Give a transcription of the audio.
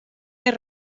més